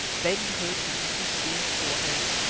begged her to intercede for him.